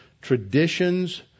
Traditions